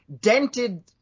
dented